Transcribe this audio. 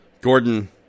Gordon